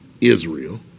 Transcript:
Israel